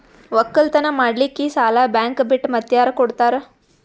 ಒಕ್ಕಲತನ ಮಾಡಲಿಕ್ಕಿ ಸಾಲಾ ಬ್ಯಾಂಕ ಬಿಟ್ಟ ಮಾತ್ಯಾರ ಕೊಡತಾರ?